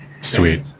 Sweet